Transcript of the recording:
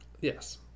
Yes